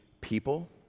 people